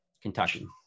Kentucky